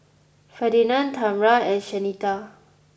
Ferdinand Tamra and Shanita